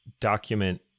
document